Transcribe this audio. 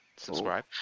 subscribe